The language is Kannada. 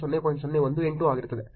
018 ಆಗಿರುತ್ತದೆ